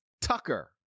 Tucker